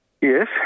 Yes